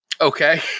Okay